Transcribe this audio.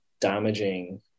damaging